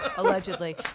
Allegedly